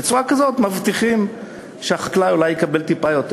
בצורה כזאת מבטיחים שחקלאי אולי יקבל טיפה יותר.